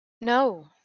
No